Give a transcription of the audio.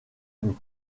nous